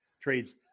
trades